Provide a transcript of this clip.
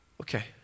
Okay